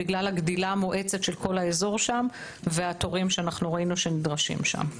בגלל הגדילה המואצת של כל האזור שם והתורים שאנחנו ראינו שנדרשים שם.